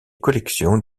collections